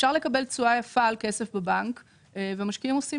אפשר לקבל תשואה יפה על כסף בבנק ומשקיעים עושים